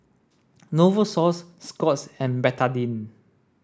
Novosource Scott's and Betadine